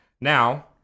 Now